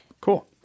Cool